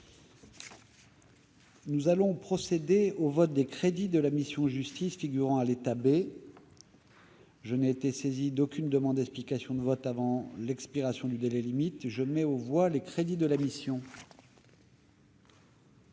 Nous allons procéder au vote des crédits de la mission « Justice », figurant à l'état B. Je n'ai été saisi d'aucune demande d'explication de vote avant l'expiration du délai limite. Je mets aux voix ces crédits, modifiés.